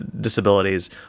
disabilities